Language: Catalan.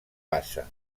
passa